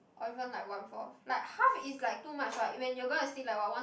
or even like one fourth like half is like too much right when you gonna stay like what one